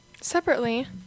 Separately